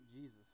Jesus